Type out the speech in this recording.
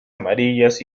amarillas